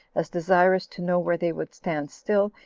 as desirous to know where they would stand still,